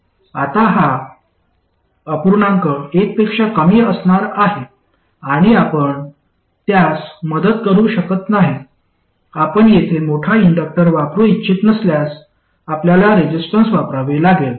आता हा अपूर्णांक एक पेक्षा कमी असणार आहे आणि आपण त्यास मदत करू शकत नाही आपण येथे मोठा इंडक्टर वापरू इच्छित नसल्यास आपल्याला रेझिस्टर वापरावे लागेल